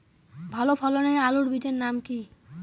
ভালো ফলনের আলুর বীজের নাম কি?